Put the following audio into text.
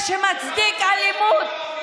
אתה זה שמצדיק אלימות.